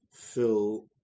fill